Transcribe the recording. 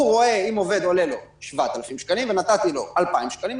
הוא רואה שאם העובד עולה לו 7,000 שקלים ואני נתתי לו 2,000 שקלים,